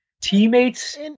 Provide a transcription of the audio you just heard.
Teammates